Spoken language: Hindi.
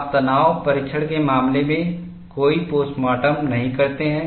आप तनाव परीक्षण के मामले में कोई पोस्टमार्टम नहीं करते हैं